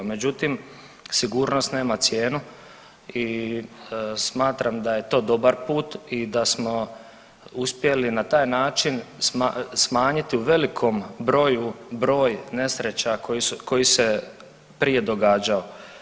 Međutim, sigurnost nema cijenu i smatram da je to dobar put i da smo uspjeli na taj način smanjiti u velikom broju veliki broj nesreća koji se prije događao.